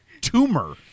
tumor